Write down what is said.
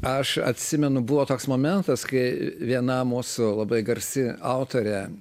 aš atsimenu buvo toks momentas kai viena mūsų labai garsi autorę